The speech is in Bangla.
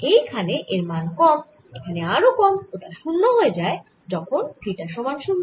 এইখানে এর মান কম এখানে আরো কম ও তা শূন্য হয়ে যায় যখন থিটা সমান শূন্য